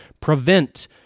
prevent